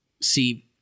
see